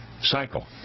cycle